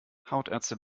hautärzte